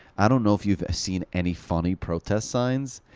i don't know if you've seen any funny protest signs,